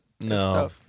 no